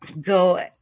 go